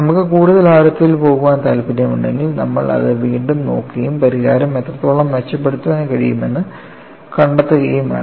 നമുക്ക് കൂടുതൽ ആഴത്തിൽ പോകാൻ താൽപ്പര്യമുണ്ടെങ്കിൽ നമ്മൾ അത് വീണ്ടും നോക്കുകയും പരിഹാരം എത്രത്തോളം മെച്ചപ്പെടുത്താൻ കഴിയുമെന്ന് കണ്ടെത്തുകയും വേണം